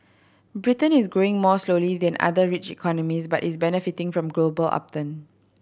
Britain is growing more slowly than other rich economies but is benefiting from global upturn